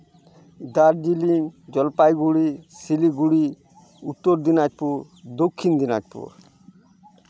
Darjeeling Jalpaiguri Siliguri Uttar Dinajpur Dakshin Dinajpur